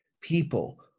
people